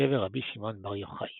לקבר רבי שמעון בר יוחאי.